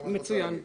מצוין.